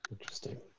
Interesting